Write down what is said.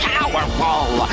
Powerful